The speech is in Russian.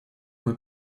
мой